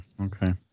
Okay